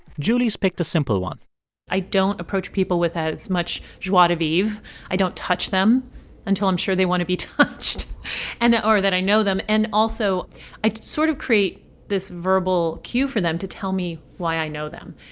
julie's picked a simple one i don't approach people with as much joie de vivre. i don't touch them until i'm sure they want to be touched and or that i know them. and also i sort of create this verbal cue for them to tell me why i know them.